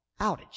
outage